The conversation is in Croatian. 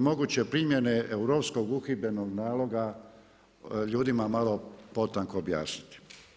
moguće primjene Europskog uhidbenog naloga, ljudima malo potanko objasniti.